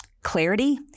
clarity